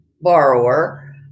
borrower